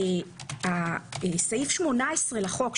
סעיף 18 לחוק,